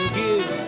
give